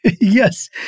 Yes